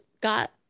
got